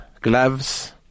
gloves